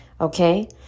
okay